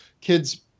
kids